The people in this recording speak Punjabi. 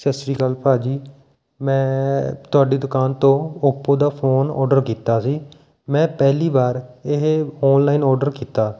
ਸਤਿ ਸ਼੍ਰੀ ਅਕਾਲ ਭਾਜੀ ਮੈਂ ਤੁਹਾਡੀ ਦੁਕਾਨ ਤੋਂ ਓਪੋ ਦਾ ਫੋਨ ਓਡਰ ਕੀਤਾ ਸੀ ਮੈਂ ਪਹਿਲੀ ਵਾਰ ਇਹ ਔਨਲਾਈਨ ਓਡਰ ਕੀਤਾ